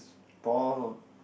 Paul